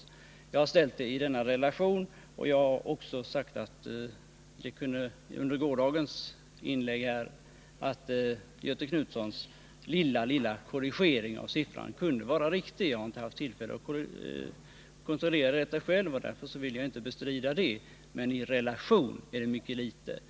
Jag sade också i ett inlägg i går att Göthe Knutsons lilla korrigering av siffran kunde vara riktig. Jag har inte haft tillfälle att själv kontrollera det, och därför ville jag inte bestrida det. Men i relation till vattenkraften i övrigt är det fråga om ett mycket litet Nr 50 tillskott.